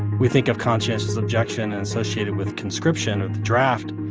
we think of conscientious objection and associated with conscription, of the draft.